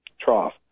trough